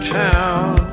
town